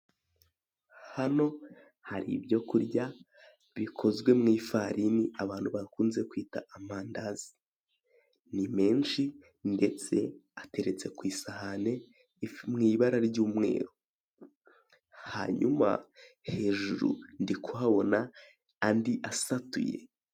Hano hari ibyo kurya bikozwe mu ifarini abantu bakunze kwita amandazi ni menshi ndetse ateretse ku isahani ifu mu ibara ry'umweru hanyuma hejuru ndikuhabona andi asatuye.